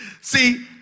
See